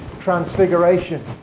Transfiguration